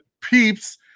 Peeps